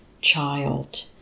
child